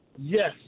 Yes